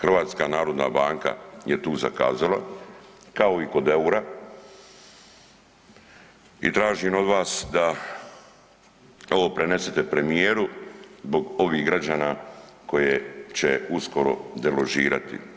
HNB je tu zakazala, kao i kod eura, i tražim od vas da ovo prenesete premijeru zbog ovih građana koje će uskoro deložirati.